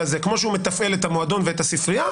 כמו שהוא מתפעל את המועדון ואת הספרייה